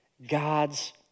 God's